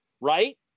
right